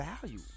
value